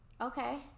Okay